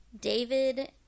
David